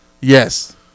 Yes